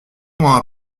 moi